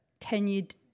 tenured –